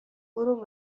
برو